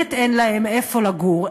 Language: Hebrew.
שבאמת אין להם איפה לגור,